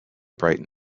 brighten